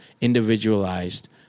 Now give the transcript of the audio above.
individualized